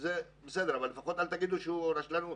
בסדר, אבל אל תגידו רשלנות.